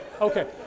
Okay